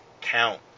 count